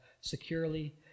securely